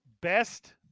Best